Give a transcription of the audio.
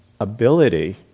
ability